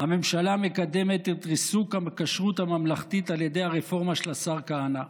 הממשלה מקדמת את ריסוק הכשרות הממלכתית על ידי הרפורמה של השר כהנא,